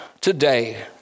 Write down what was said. today